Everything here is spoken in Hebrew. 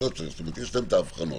זאת אומרת יש להם את האבחנות.